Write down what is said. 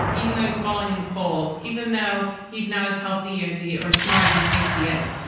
even though he's falling in the polls, even though he's not as healthy as he or smart as he thinks he is,